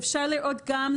אפשר לראות גם,